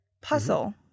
puzzle